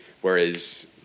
Whereas